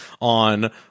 on